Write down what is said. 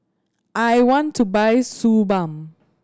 I want to buy Suu Balm